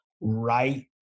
right